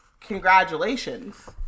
congratulations